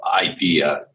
idea